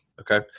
Okay